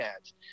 ads